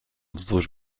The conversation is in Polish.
wzdłuż